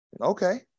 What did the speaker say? Okay